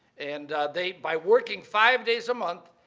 and they, by working five days a month,